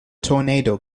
tornado